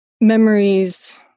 memories